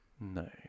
No